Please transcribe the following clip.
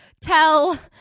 tell